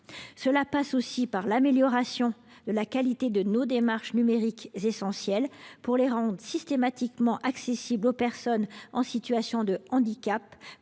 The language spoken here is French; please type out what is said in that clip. Cela passe aussi par l’amélioration de la qualité de nos démarches numériques essentielles : il faut les rendre systématiquement accessibles aux personnes en situation de handicap,